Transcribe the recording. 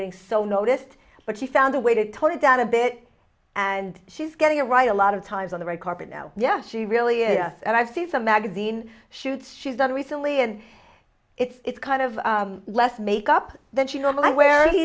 getting so noticed but she found a way to tone it down a bit and she's getting it right a lot of times on the red carpet now yes she really a and i've seen some magazine shoots she's done recently and it's it's kind of less makeup that you know where